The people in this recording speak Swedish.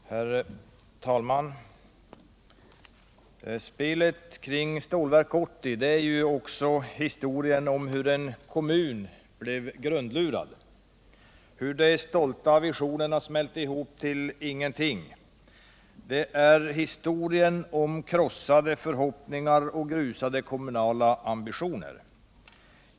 Herr talman! Spelet kring Stålverk 80 är också historien om hur en kommun grundlurades och hur de stolta visionerna smälte ihop till ingenting. Det är historien om krossade förhoppningar och grusade kommunala; ambitioner.